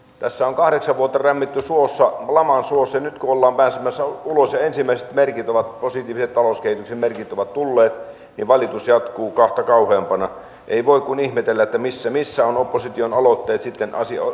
tässä on kahdeksan vuotta rämmitty laman suossa ja nyt kun ollaan pääsemässä ulos ja ensimmäiset positiiviset talouskehityksen merkit ovat tulleet niin valitus jatkuu kahta kauheampana ei voi kuin ihmetellä missä missä ovat opposition aloitteet